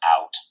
out